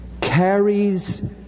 carries